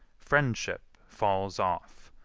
friendship falls off,